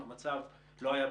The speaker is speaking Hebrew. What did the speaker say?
המצב לא היה בשליטה,